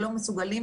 שלא מסוגלים,